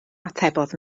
atebodd